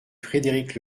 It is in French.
frédéric